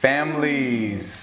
Families